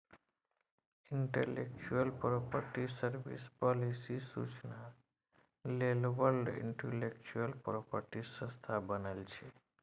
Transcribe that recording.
intellectual property service, policy सुचना लेल world intellectual property संस्था बनल छै